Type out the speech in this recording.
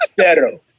zero